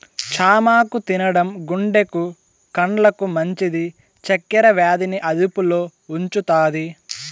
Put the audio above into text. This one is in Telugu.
చామాకు తినడం గుండెకు, కండ్లకు మంచిది, చక్కర వ్యాధి ని అదుపులో ఉంచుతాది